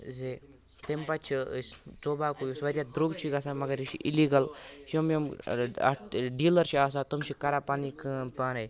زِ تَمہِ پَتہٕ چھِ أسۍ ٹوباکَو یُس واریاہ درٛوٚگ چھُ گژھان مَگر یہِ چھُ اِلیٖگل یِم یِم اَتھ ڈیٖلَر چھِ آسان تِم چھِ کران پَنٕنۍ کٲم پانے